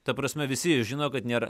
ta prasme visi žino kad nėra